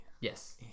Yes